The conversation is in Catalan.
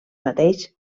mateix